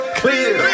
clear